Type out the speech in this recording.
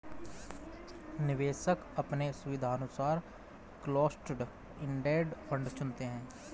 निवेशक अपने सुविधानुसार क्लोस्ड इंडेड फंड चुनते है